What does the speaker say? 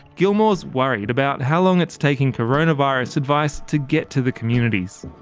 gilmore's worried about how long it's taking coronavirus advice to get to the communities.